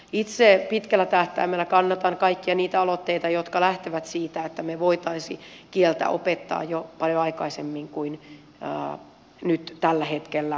itse pitkällä tähtäimellä kannatan kaikkia niitä aloitteita jotka lähtevät siitä että me voisimme kieltä opettaa jo paljon aikaisemmin kuin nyt tällä hetkellä me sitä teemme